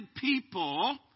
people